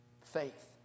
Faith